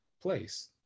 place